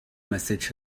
message